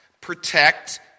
protect